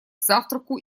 завтраку